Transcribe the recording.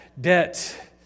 debt